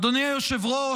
אדוני היושב-ראש,